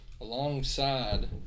alongside